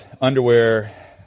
underwear